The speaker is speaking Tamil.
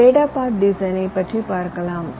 டேட்டா பாத் டிசைனை பற்றி பார்க்கலாம்